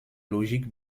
logiques